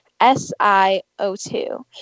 SiO2